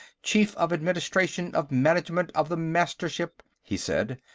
chief of administration of management of the mastership, he said.